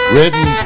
Written